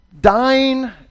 dying